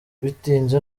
bitinze